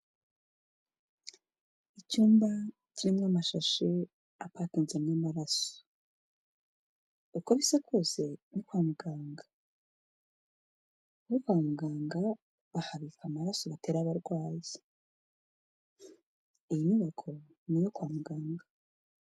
Icyumba kirimo amashi akaka apakinzemo amaraso. Uko bisa kose ni kwa muganga. Kwa muganga bahabika amaraso batera abaryayi, iyi nyubako ni iyo kwa muganga.